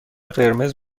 قرمز